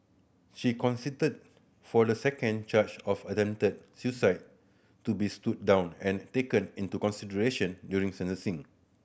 she consented for the second charge of attempted suicide to be stood down and taken into consideration during sentencing